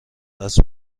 اسب